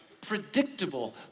predictable